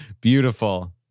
Beautiful